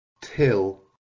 till